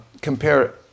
compare